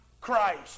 Christ